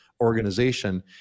organization